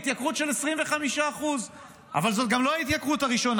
התייקרות של 25%. אבל זאת גם לא ההתייקרות הראשונה.